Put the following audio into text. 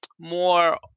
more